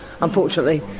unfortunately